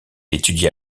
étudia